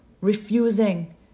refusing